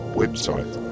website